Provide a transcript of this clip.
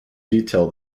detail